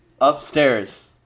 Upstairs